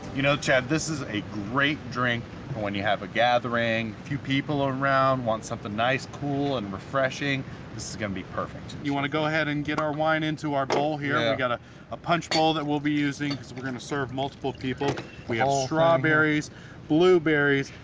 you know chad this is a great drink when you have a gathering few people around want something nice cool and refreshing this is gonna be perfect you want to go ahead and get our wine into our bowl here i've got ah a punch bowl that we'll be using we're gonna serve multiple people we have strawberries blueberries.